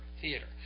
Theater